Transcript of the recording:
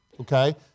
Okay